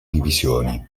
divisioni